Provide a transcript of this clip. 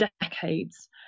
decades